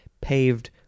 paved